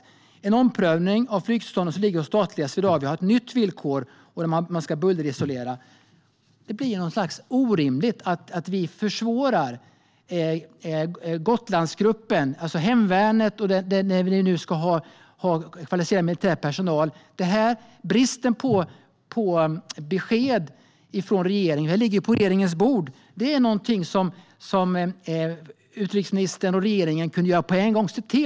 I en omprövning av flygtillståndet som ligger hos statliga Swedavia har ett nytt villkor tillkommit - man ska bullerisolera. Det blir någonstans orimligt att vi försvårar för Gotlandsgruppen som vi nu ska ha, alltså hemvärnet och kvalificerad militär personal. Bristen på besked från regeringen försvårar. Det här ligger ju på regeringens bord och är någonting som utrikesministern och regeringen kunde se till att göra något åt på en gång.